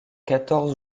quatorze